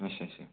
ਅੱਛਾ ਅੱਛਾ